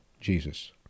Jesus